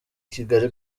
kigali